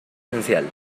esencial